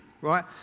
right